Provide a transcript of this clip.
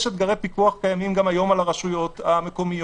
יש אתגרי פיקוח קיימים גם היום על הרשויות המקומיות,